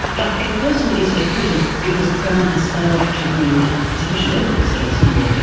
but if a person is acquitted because the crown has failed to bring sufficient evidence against him or her,